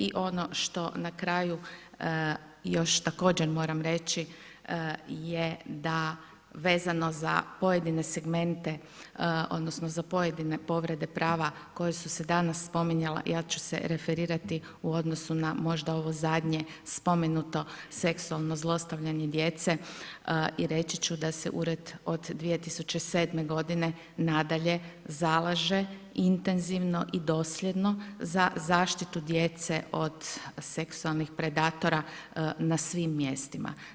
I ono što na kraju, još također moram reći, je da, vezano za pojedino segmente, odnosno, za pojedine povrede prava, koje su se danas spominjale, ja ću se referirati u odnosu na možda ovo zadnje spomenuto seksualno zlostavljanje djece i reći ću da se ured od 2007. g. nadalje, zalaže intenzivno i dosljednoj za zaštitu dijete od seksualnih predatora na svim mjestima.